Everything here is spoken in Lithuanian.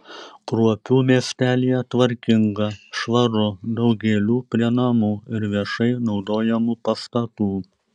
kruopių miestelyje tvarkinga švaru daug gėlių prie namų ir viešai naudojamų pastatų